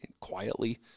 quietly